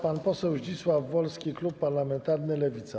Pan poseł Zdzisław Wolski, klub parlamentarny Lewica.